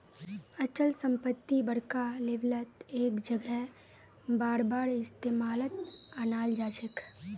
अचल संपत्ति बड़का लेवलत एक जगह बारबार इस्तेमालत अनाल जाछेक